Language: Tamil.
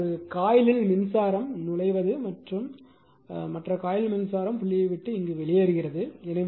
எனவே ஒரு காயிலில் மின்சாரம் நுழைவு ஆனால் மற்ற காயில் மின்சாரம் புள்ளியை விட்டு வெளியேறுகிறது